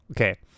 okay